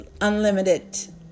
unlimited